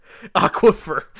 Aquifer